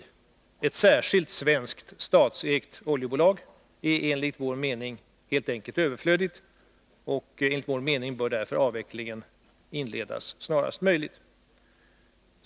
Ett särskilt svenskt statsägt oljebolag är enligt vår mening helt enkelt överflödigt, och avvecklingen bör därför inledas snarast möjligt.